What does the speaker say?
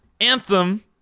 anthem